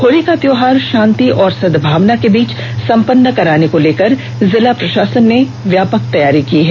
होली का त्यौहार शांति व सद्भाव के बीच संपन्न कराने को लेकर जिला प्रशासन ने व्यापक तैयारी की है